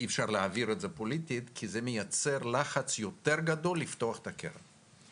אי אפשר להעביר את זה פוליטית כי זה מייצר לחץ יותר גדול לפתוח את הקרן.